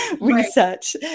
research